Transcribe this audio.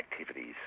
activities